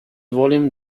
volume